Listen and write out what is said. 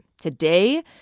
Today